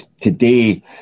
today